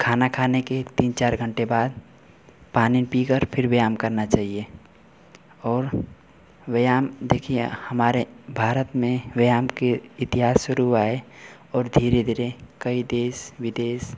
खाना खाने के तीन चार घंटे बाद पानी पीकर फिर व्यायाम करना चहिए और व्यायाम देखिए हमारे भारत में व्यायाम के इतिहास शुरू हुआ है और धीरे धीरे कई देश विदेश